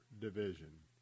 Division